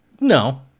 No